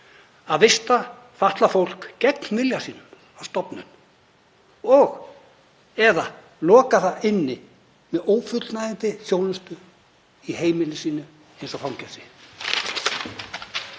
að vista fatlað fólk gegn vilja sínum á stofnun og/eða loka það inni með ófullnægjandi þjónustu á heimili sínu eins og í fangelsi.